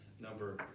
number